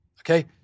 Okay